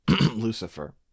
lucifer